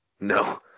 No